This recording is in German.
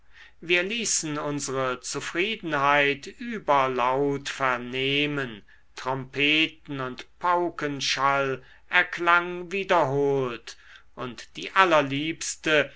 wir ließen unsere zufriedenheit überlaut vernehmen trompeten und paukenschall erklang wiederholt und die allerliebste